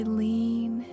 lean